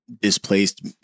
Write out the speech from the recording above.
displaced